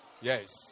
Yes